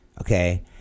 okay